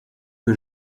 que